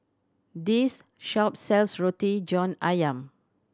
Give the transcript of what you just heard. this shop sells Roti John Ayam